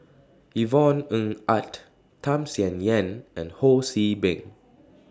Yvonne Ng Uhde Tham Sien Yen and Ho See Beng